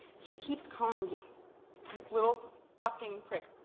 he keeps calling me. that little fucking prick.